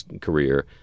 career